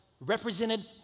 represented